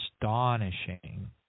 astonishing